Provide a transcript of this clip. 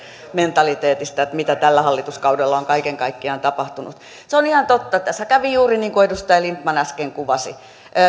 mentaliteetista mitä tällä hallituskaudella on kaiken kaikkiaan tapahtunut se on ihan totta että tässä kävi juuri niin kuin edustaja lindtman äsken kuvasi